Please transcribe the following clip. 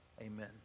Amen